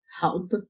help